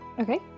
okay